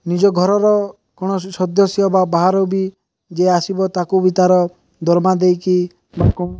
ନିଜ ଘରର କୌଣସି ସଦସ୍ୟ ବା ବାହାରୁ ବି ଯିଏ ଆସିବ ତାକୁ ବି ତାର ଦରମା ଦେଇକି ଲୋକ